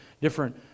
different